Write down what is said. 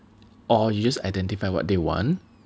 or you just identify what they want